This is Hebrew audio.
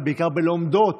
ובעיקר בלומדות